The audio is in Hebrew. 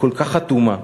וכל כך אטומה.